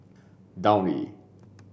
Downy